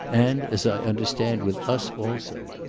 and as i understand, with us also.